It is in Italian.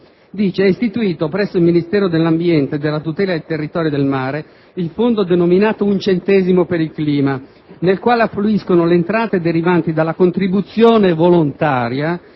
«È istituito presso il Ministero dell'ambiente e della tutela del territorio e del mare, il fondo denominato «un centesimo per il clima» nel quale affluiscono le entrate derivanti dalla contribuzione volontaria